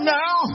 now